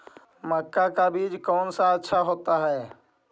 मक्का का बीज कौन सा अच्छा होता है?